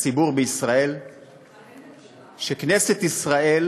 לציבור בישראל שכנסת ישראל